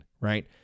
right